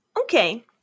Okay